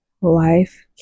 life